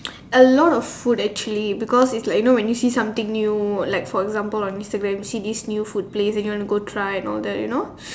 a lot of food actually because it's like you know when you see something new like for example on Instagram you see this new food place and you want to go try and all that you know